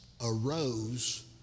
arose